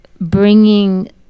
bringing